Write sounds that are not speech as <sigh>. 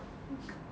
<laughs>